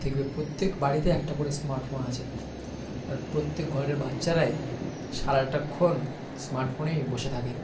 দেখবে প্রত্যেক বাড়িতে একটা করে স্মার্টফোন আছে আর প্রত্যেক ঘরের বাচ্চারাই সারাটাক্ষণ স্মার্টফোনেই বসে থাকে